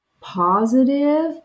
positive